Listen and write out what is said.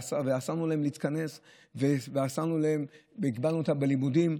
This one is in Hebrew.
אסרנו עליהם להתכנס והגבלנו אותם בלימודים.